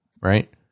right